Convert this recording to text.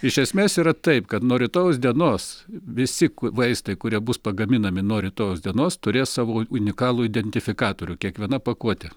iš esmės yra taip kad nuo rytojaus dienos visi vaistai kurie bus pagaminami nuo rytojaus dienos turės savo unikalų identifikatorių kiekviena pakuotė